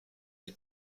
the